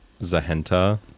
Zahenta